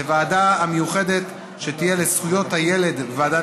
לוועדה המיוחדת לזכויות הילד ולוועדת